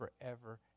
forever